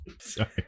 Sorry